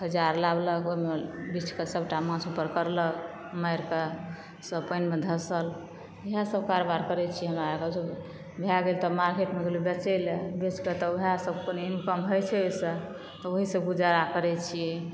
औजार लायलक ओहि मे बिछ कऽ सबटा माछ ऊपर कयलक मारि कऽ सब पानिमे धसल इएह सब कारबार करै छी हमरा आरके सब भए गेल तऽ मार्केटमे गेलहुॅं बेचै लए बेच कऽ तब वएह सऽ कनी इनकम होइ छै ओहि सऽ तऽ ओहि सऽ गुजारा करै छी